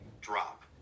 drop